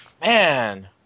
Man